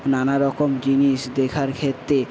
নানা রকম জিনিস দেখার ক্ষেত্রে